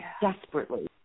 desperately